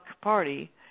party